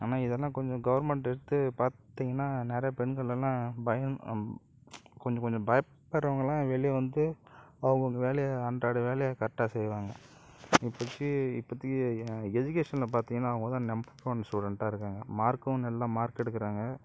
ஆனால் இதெல்லாம் கொஞ்சம் கவர்மெண்ட்டு எடுத்து பார்த்திங்கன்னா நிறையா பெண்கள் எல்லாம் பயம் கொஞ்சம் கொஞ்சம் பயப்படுறவங்களாம் வெளியே வந்து அவங்கவுங்க வேலையை அன்றாட வேலையை கரெக்டாக செய்வாங்க இப்பக்கி இப்பதிக்கு எஜிகேஷனில் பார்த்திங்கன்னா அவங்க தான் நம்பர் ஒன் ஸ்டூடண்ட்டாக இருக்காங்க மார்க்கும் நல்லா மார்க் எடுக்குறாங்க